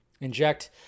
Inject